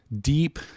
Deep